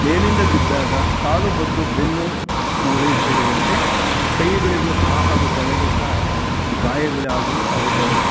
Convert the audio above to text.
ಮೇಲಿಂದ ಬಿದ್ದಾಗ ಕಾಲು ಮತ್ತು ಬೆನ್ನು ಮೂಳೆ ಸೇರಿದಂತೆ ಕೈಗಳಿಗೂ ಸಹ ಹಾಗೂ ತಲೆಗೂ ಸಹ ಗಾಯಗಳಾಗು ಆಗುತ್ತವೆ